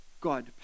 God